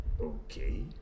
Okay